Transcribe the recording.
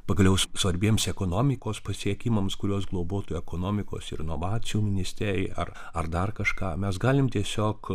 pagaliau svarbiems ekonomikos pasiekimams kurios globotų ekonomikos ir inovacijų ministerija ar ar dar kažką mes galim tiesiog